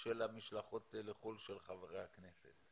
של המשלחות לחוץ לארץ של חברי הכנסת,